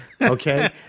Okay